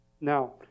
Now